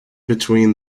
between